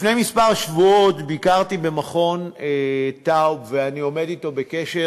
לפני כמה שבועות ביקרתי במרכז טאוב ואני עומד אתו בקשר.